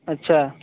اچھا